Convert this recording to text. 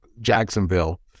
Jacksonville